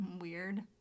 weird